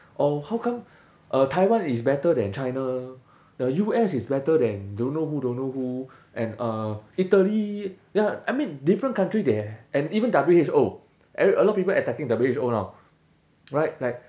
or how come uh taiwan is better than china the U_S is better than don't know who don't know who and uh italy ya I mean different country they h~ and even W_H_O every~ a lot people attacking W_H_O now right like